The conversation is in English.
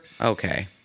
okay